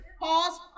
pause